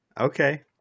Okay